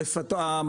אנחנו,